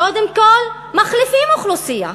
קודם כול מחליפים אוכלוסייה,